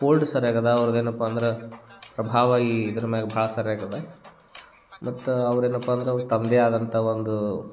hold ಸರ್ಯಾಗದ ಅವ್ರ್ಗ್ ಏನಪ್ಪ ಅಂದ್ರ ಪ್ರಭಾವ ಈ ಇದ್ರ ಮ್ಯಾಗೆ ಭಾಳ ಸರ್ಯಾಗದ ಮತ್ತು ಅವ್ರು ಏನಪ್ಪ ಅಂದ್ರೆ ಅವ್ರು ತಮ್ಮದೇ ಆದಂಥ ಒಂದು